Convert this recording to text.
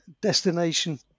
destination